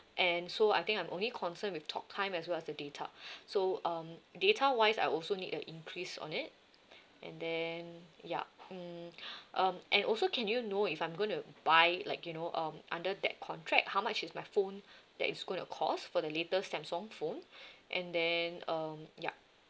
and so I think I'm only concerned with talk time as well as the data so um data wise I also need an increase on it and then ya mm um and also can you know if I'm going to buy it like you know um under that contract how much is my phone that is gonna cost for the later samsung phone and then um ya